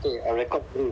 okay I record already